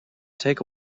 take